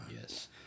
Yes